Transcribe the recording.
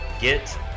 Get